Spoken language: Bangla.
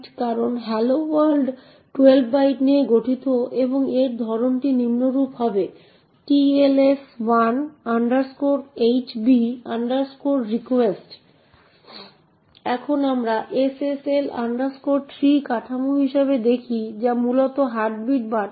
প্রথম শব্দটি প্রিন্ট করে যা 0804a040 এবং তারপর এটি দেখতে পাবে যে পরবর্তী প্রয়োজনীয়তাটি হল একটি x